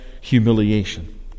humiliation